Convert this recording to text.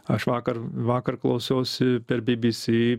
aš vakar vakar klausiausi per bbc